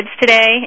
today